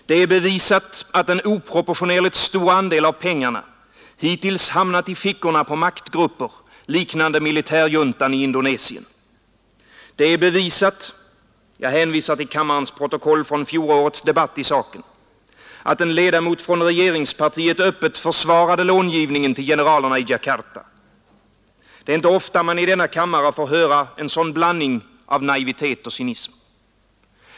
Det är bevisat, att en oproportionerligt stor andel av pengarna hittills hamnat i fickorna på maktgrupper liknande militärjuntan i Indonesien. Det är bevisat — jag hänvisar till kammarens protokoll från fjolårets debatt i saken — att en ledamot från regeringspartiet öppet försvarade långivningen till generalerna i Djakarta. Det är inte ofta man i denna kammare får höra en sådan blandning av naivitet och cynism.